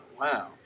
Wow